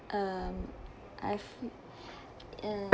um I feel